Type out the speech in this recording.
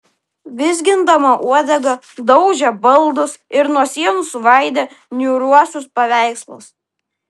vizgindama uodegą daužė baldus ir nuo sienų svaidė niūriuosius paveikslus